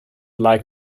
like